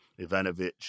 Ivanovic